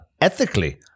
ethically